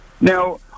Now